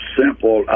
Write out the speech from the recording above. simple